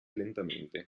lentamente